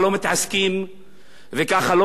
וככה לא עובדים במשטר דמוקרטי.